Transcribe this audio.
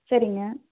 சரிங்க